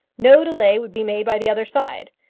no delay would be made by the other side.